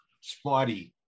spotty